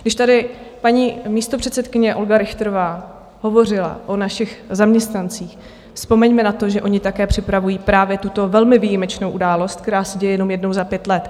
Když tady paní místopředsedkyně Olga Richterová hovořila o našich zaměstnancích, vzpomeňme na to, že oni také připravují právě tuto velmi výjimečnou událost, která se děje jenom jednou za pět let.